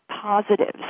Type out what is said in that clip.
positives